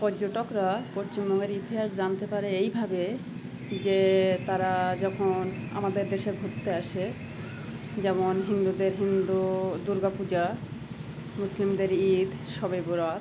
পর্যটকরা পশ্চিমবঙ্গের ইতিহাস জানতে পারে এইভাবে যে তারা যখন আমাদের দেশে ঘুরতে আসে যেমন হিন্দুদের হিন্দু দুর্গা পূজা মুসলিমদের ঈদ সবে বরাত